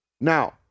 Now